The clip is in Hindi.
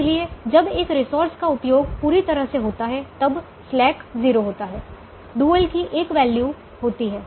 इसलिए जब एक रिसोर्स का उपयोग पूरी तरह से होता है तब स्लैक 0 होता है डुअल की एक वैल्यू होती है